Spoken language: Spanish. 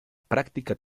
práctica